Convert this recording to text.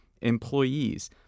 employees